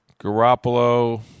Garoppolo